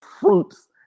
fruits